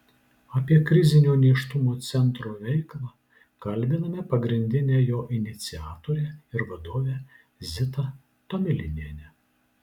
apie krizinio nėštumo centro veiklą kalbiname pagrindinę jo iniciatorę ir vadovę zitą tomilinienę